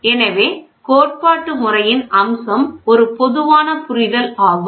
எனவே கோட்பாட்டு முறையின் அம்சம் ஒரு பொதுவான புரிதல் ஆகும்